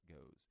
goes